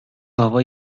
گاوا